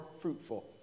fruitful